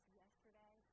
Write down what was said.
yesterday